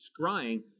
scrying